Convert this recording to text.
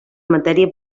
matèria